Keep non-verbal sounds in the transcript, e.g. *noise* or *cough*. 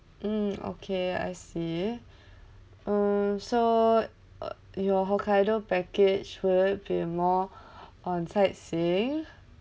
mm okay I see *breath* uh so uh your hokkaido package will be more *breath* on sightseeing